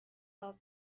felt